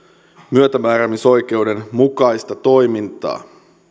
myötämääräämisoikeuden mukaista toimintaa